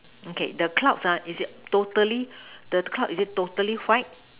okay the clouds ah is totally the clouds is it totally white